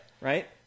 Right